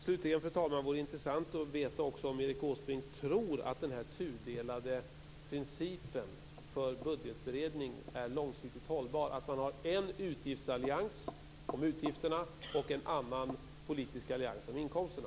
Slutligen vore det intressant, fru talman, att veta om Erik Åsbrink tror att den tudelade principen för budgetberedning är långsiktigt hållbar, att man har en utgiftsallians om utgifterna och en annan politisk allians om inkomsterna.